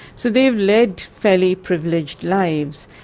so they've led fairly privileged lives.